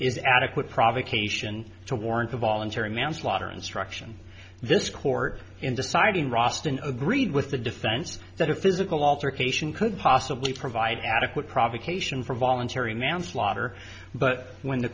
is adequate provocation to warrant a voluntary manslaughter instruction this court in deciding roston agreed with the defense that a physical altercation could possibly provide adequate provocation for voluntary manslaughter but when the